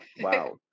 Wow